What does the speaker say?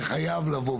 זה חייב לבוא,